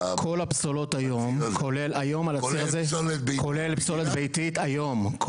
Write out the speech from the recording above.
כולל פסולת ביתית היום.